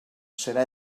serà